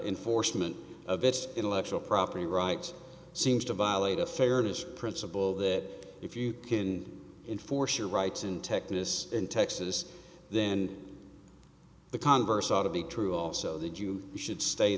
enforcement of its intellectual property rights seems to violate a fairness principle that if you can enforce your rights in technique in texas then the converse ought to be true also that you should stay